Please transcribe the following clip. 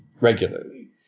regularly